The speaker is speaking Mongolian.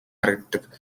харагддаг